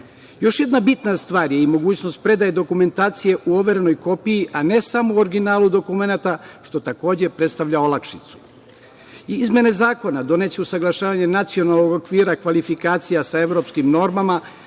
jedna bitna stvar je i mogućnost predaje dokumentacije u overenoj kopiji, a ne samo u originalu dokumenata, što takođe predstavlja olakšicu. Izmene zakona doneće usaglašavanje Nacionalnog okvira kvalifikacija sa evropskim normama